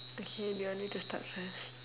okay do you want me to start first